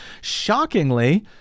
shockingly